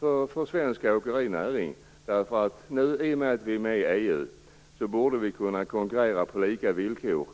för svensk åkerinäring. I och med att vi är med i EU borde vi kunna konkurrera på lika villkor.